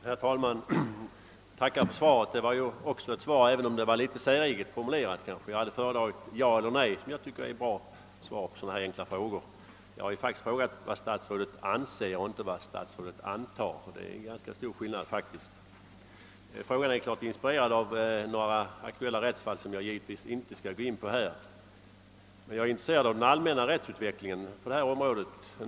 Herr talman! Jag tackar för svaret — det var dock ett svar även om det var något säreget formulerat. Jag hade föredragit ett ja eller ett nej, som jag tycker är bra svar på enkla frågor. Dessutom har jag frågat vad statsrådet anser och inte vad statsrådet antar, och det är faktiskt ganska stor skillnad. Min fråga har inspirerats av några aktuella rättsfall, som jag givetvis inte skall gå in på här. Men jag är intresserad av den allmänna rättsutvecklingen på detta område.